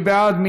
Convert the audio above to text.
מי בעד?